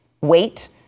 wait